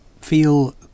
feel